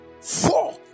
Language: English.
four